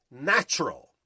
natural